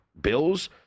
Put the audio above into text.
Bills